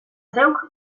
zeuk